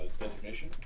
designation